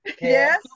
Yes